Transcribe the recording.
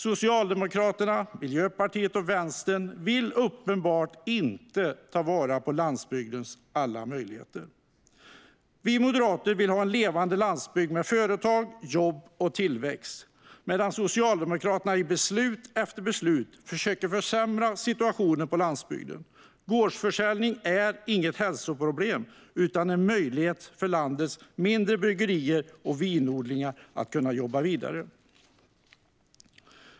Socialdemokraterna, Miljöpartiet och Vänstern vill uppenbarligen inte ta vara på landsbygdens möjligheter. Vi moderater vill ha en levande landsbygd med företag, jobb och tillväxt, medan Socialdemokraterna med beslut efter beslut försöker försämra situationen på landsbygden. Gårdsförsäljning är inget hälsoproblem utan en möjlighet för landets mindre bryggerier och vinodlingar att jobba vidare.